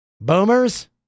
Boomers